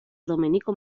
domenico